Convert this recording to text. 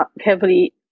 heavily